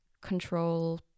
control